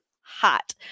hot